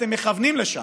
אתם מכוונים לשם,